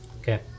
Okay